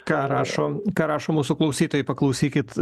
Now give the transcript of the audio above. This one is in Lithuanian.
ką rašo ką rašo mūsų klausytojai paklausykit